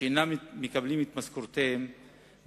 שאינם מקבלים את משכורותיהם,